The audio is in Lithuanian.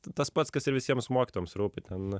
tas pats kas ir visiems mokytojams rūpi ten